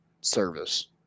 service